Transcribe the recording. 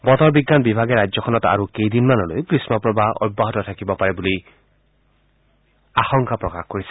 বতৰ বিজ্ঞান বিভাগে ৰাজ্যখনত আৰু কেইদিনমানলৈ গ্ৰীমপ্ৰবাহ অব্যাহত থাকিব পাৰে বুলি আশংকা প্ৰকাশ কৰিছে